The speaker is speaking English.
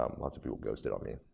um lots of people ghosted on me.